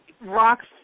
rocks